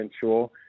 sure